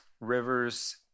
rivers